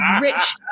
rich